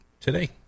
today